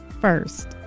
First